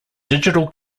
digital